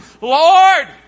Lord